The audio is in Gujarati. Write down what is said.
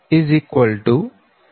7788 r